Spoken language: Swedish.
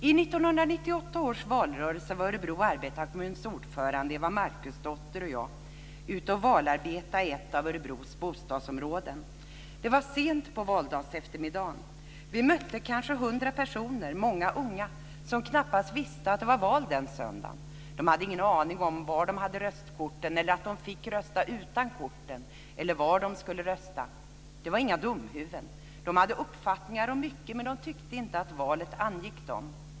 I 1998 års valrörelse valarbetade Örebro arbetarekommuns ordförande Eva Marcusdotter och jag i ett av Örebros bostadsområden. Det var sent på eftermiddagen på valdagen. Kanske mötte vi hundra personer - många unga - som knappast visste att det var val den söndagen. De hade ingen aning om var de hade röstkorten, att de fick rösta utan korten eller var de skulle rösta. Det var inga dumhuvuden. De hade uppfattningar om mycket men de tyckte inte att valet angick dem.